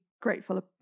grateful